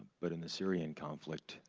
but in the syrian conflict,